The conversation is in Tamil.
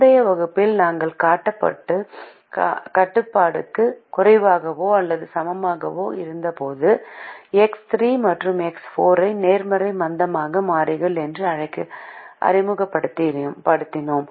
முந்தைய வகுப்பில் நாங்கள் கட்டுப்பாட்டுக்கு குறைவாகவோ அல்லது சமமாகவோ இருந்தபோது எக்ஸ் 3 மற்றும் எக்ஸ் 4 ஐ நேர்மறை மந்தமான மாறிகள் என்று அறிமுகப்படுத்தினோம்